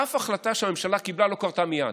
אף החלטה שהממשלה קיבלה לא קרתה מייד,